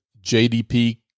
JDP